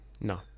No